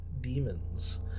demons